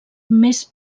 més